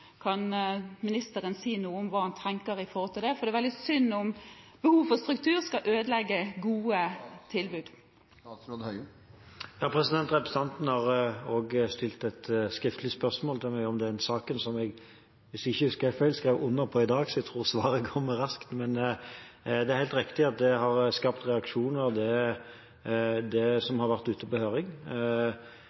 Kan ministeren si noe om hva han tenker om det? Det er veldig synd om behov for struktur skal ødelegge gode tilbud. Representanten har også stilt et skriftlig spørsmål til meg om den saken, som jeg – hvis jeg ikke husker helt feil – skrev under på i dag, så jeg tror svaret kommer raskt. Det er helt riktig at det som har vært ute på høring,